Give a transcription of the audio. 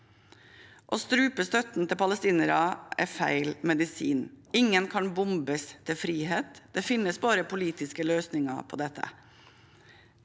Å strupe støtten til palestinere er feil medisin, for ingen kan bombes til frihet. Det finnes bare politiske løsninger på dette.